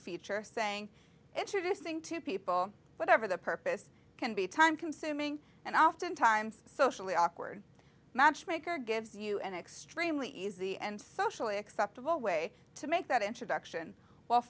feature saying introducing two people whatever the purpose can be time consuming and often times socially awkward matchmaker gives you an extremely easy and socially acceptable way to make that introduction w